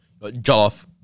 Joff